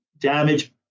damage